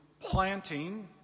planting